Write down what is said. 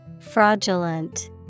Fraudulent